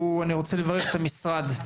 אני רוצה לברך את המשרד,